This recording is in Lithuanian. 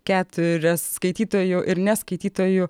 keturias skaitytojų ir ne skaitytojų